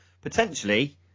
potentially